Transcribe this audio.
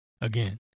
Again